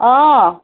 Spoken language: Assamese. অঁ